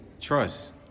trust